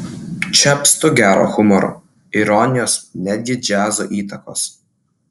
čia apstu gero humoro ironijos netgi džiazo įtakos